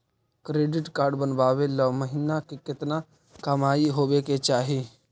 Credit card बनबाबे ल महीना के केतना कमाइ होबे के चाही?